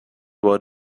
what